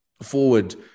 forward